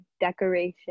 decoration